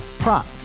Prop